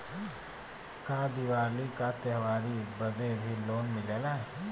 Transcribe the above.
का दिवाली का त्योहारी बदे भी लोन मिलेला?